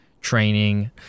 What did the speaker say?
training